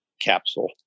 capsule